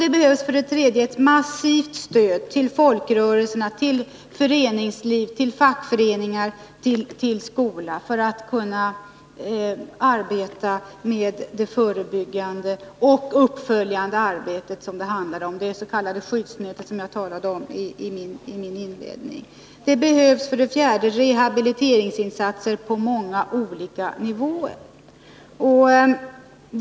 Man måste sätta in ett massivt stöd till folkrörelserna, föreningslivet, fackföreningarna och skolan för att de skall kunna arbeta med det förebyggande och uppföljande arbetet, det s.k. skyddsnätet, som jag talade om i mitt huvudanförande. 4. Det behövs rehabiliteringsinsatser på många olika nivåer.